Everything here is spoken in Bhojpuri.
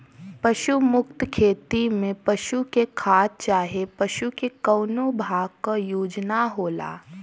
पशु मुक्त खेती में पशु के खाद चाहे पशु के कउनो भाग क यूज ना होला